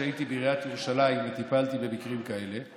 וכשהייתי בעיריית ירושלים וטיפלתי במקרים כאלה,